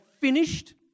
finished